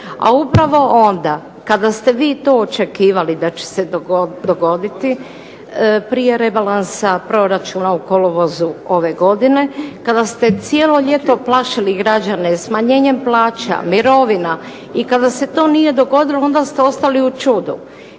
a upravo onda kada ste vi to očekivali da će se dogoditi prije rebalansa proračuna u kolovozu ove godine, kada ste cijelo ljeto plašili građane smanjenjem plaća, mirovina, i kada se to nije dogodilo, onda ste ostali u čudu.